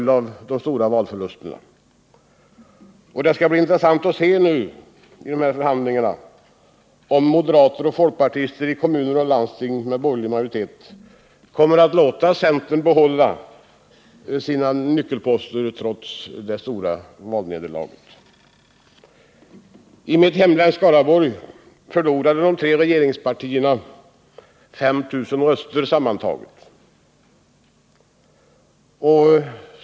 Det skall bli intressant att se om moderater och folkpartister i kommuner och landsting med borgerlig majoritet kommer att låta centern behålla sina nyckelposter trots det stora valnederlaget. I mitt hemlän, Skaraborgs län, förlorade de tre regeringspartierna 5 000 röster sammantaget.